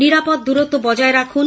নিরাপদ দূরত্ব বজায় রাখুন